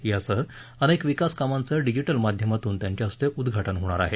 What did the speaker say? यासह अनेक विकासकामांचं डिजिटल माध्यमातून त्यांच्या हस्ते उद्घाटन होणार आहे